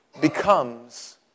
becomes